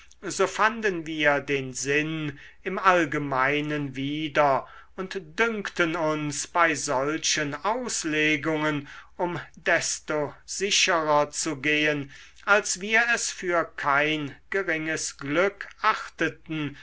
so fanden wir den sinn im allgemeinen wieder und dünkten uns bei solchen auslegungen um desto sicherer zu gehen als wir es für kein geringes glück achteten